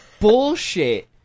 bullshit